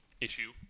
issue